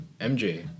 mj